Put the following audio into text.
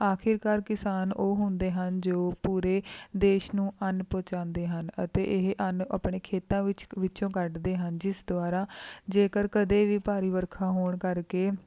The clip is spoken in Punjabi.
ਆਖਿਰਕਾਰ ਕਿਸਾਨ ਉਹ ਹੁੰਦੇ ਹਨ ਜੋ ਪੂਰੇ ਦੇਸ਼ ਨੂੰ ਅੰਨ ਪਹੁੰਚਾਉਂਦੇ ਹਨ ਅਤੇ ਇਹ ਅੰਨ ਆਪਣੇ ਖੇਤਾਂ ਵਿੱਚ ਵਿੱਚੋਂ ਕੱਢਦੇ ਹਨ ਜਿਸ ਦੁਆਰਾ ਜੇਕਰ ਕਦੇ ਵੀ ਭਾਰੀ ਵਰਖਾ ਹੋਣ ਕਰਕੇ